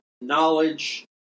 Knowledge